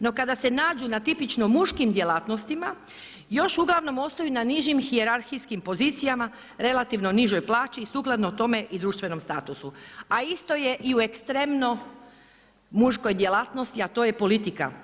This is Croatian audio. No, kada se nađu na tipično muškim djelatnostima još uglavnom ostaju na nižim hijerarhijskim pozicijama relativno nižoj plaći i sukladno tome i društvenom statusu, a isto je i u ekstremno muškoj djelatnosti, a to je politika.